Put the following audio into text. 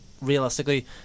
realistically